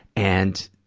and,